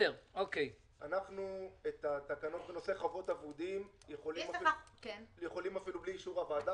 את התקנות בנושא חובות אבודים אנחנו אפילו בלי אישור הוועדה.